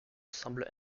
semble